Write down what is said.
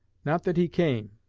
not that he came,